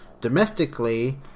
Domestically